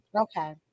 Okay